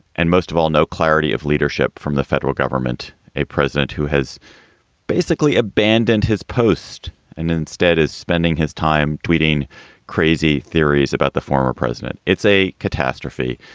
and most of all, no clarity of leadership from the federal government. a president who has basically abandoned his post and instead is spending his time tweeting crazy theories about the former president. it's a catastrophe,